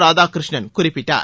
ராதாகிருஷ்ணன் குறிப்பிட்டார்